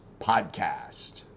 podcast